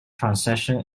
transaction